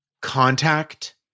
Contact